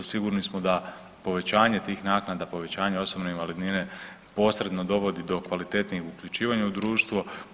Sigurni smo da povećanje tih naknada, povećanje osobne invalidnine posredno dovodi do kvalitetnijeg uključivanja u društvo.